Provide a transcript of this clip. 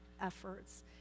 efforts